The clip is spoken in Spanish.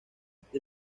the